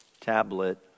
tablet